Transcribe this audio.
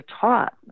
taught